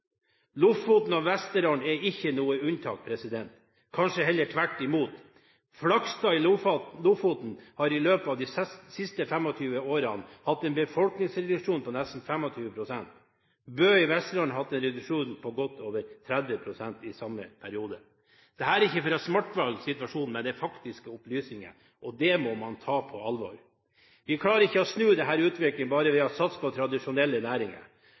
Lofoten og Vesterålen er ikke noe unntak, kanskje heller tvert imot. Flakstad i Lofoten har i løpet av de siste 25 årene hatt en befolkningsreduksjon på nesten 25 pst. Bø i Vesterålen har hatt en reduksjon på godt over 30 pst. i samme periode. Jeg sier ikke dette for å svartmale situasjonen, men det er faktiske opplysninger, og det må man ta på alvor. Vi klarer ikke å snu denne utviklingen bare ved å satse på tradisjonelle næringer.